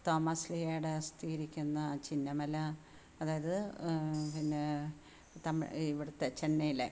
തോമാസ്ലിഹയുടെ അസ്ഥിയിരിക്കുന്ന ചിന്നമല അതായത് പിന്നെ ഇവിടുത്തെ ചെന്നൈയിലെ